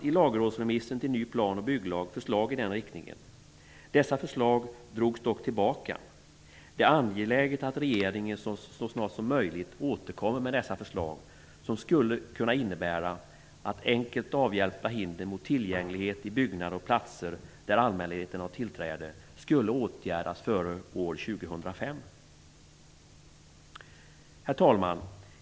I lagrådsremissen till ny plan och bygglag fanns det förslag i den riktningen. Dessa förslag drogs dock tillbaka. Det är angeläget att regeringen så snart som möjligt återkommer med dessa förslag. Detta skulle innebära att hinder mot tillgänglighet till byggnader och platser där allmänheten har tillträde enkelt skulle kunna åtgärdas före år 2005. Herr talman!